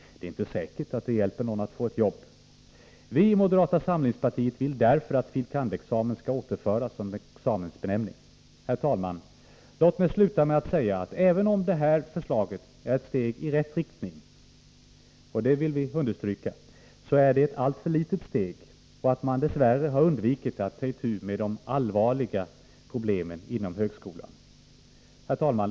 Det är inte säkert att detta hjälper någon att få ett jobb. Vi i moderata samlingspartiet vill därför att fil. kand.-examen skall återinföras som examensbenämning. Herr talman! Låt mig sluta med att säga, att även om det här förslaget är ett steg i rätt riktning — och det vill vi understryka — så är det ett alltför litet steg, och dess värre har man undvikit att ta itu med de allvarliga problemen inom högskolan. Herr talman!